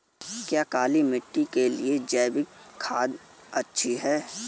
क्या काली मिट्टी के लिए जैविक खाद अच्छी है?